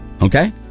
Okay